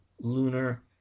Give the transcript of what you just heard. lunar